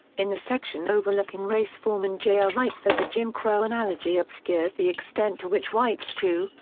in the section overlooking race forman jr. ah writes that the jim crow analogy obscures the extent to which whites, too,